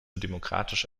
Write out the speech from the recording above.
demokratisch